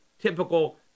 typical